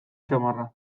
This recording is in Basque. samarra